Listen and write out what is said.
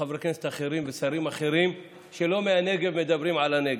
חברי כנסת אחרים ושרים אחרים שלא מהנגב שמדברים על הנגב.